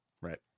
Right